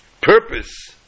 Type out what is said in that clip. purpose